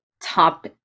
top